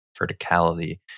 verticality